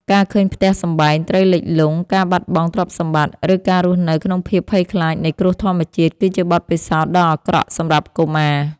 ការឃើញផ្ទះសម្បង់ត្រូវលិចលង់ ការបាត់បង់ទ្រព្យសម្បត្តិ ឬការរស់នៅក្នុងភាពភ័យខ្លាចនៃគ្រោះធម្មជាតិ គឺជាបទពិសោធន៍ដ៏អាក្រក់សម្រាប់កុមារ។